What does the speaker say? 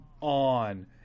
on